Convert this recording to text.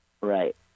Right